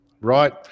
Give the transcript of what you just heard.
Right